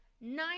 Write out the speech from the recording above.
nine